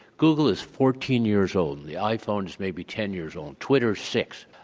google is fourteen years old and the iphone is maybe ten years old. twitter, six,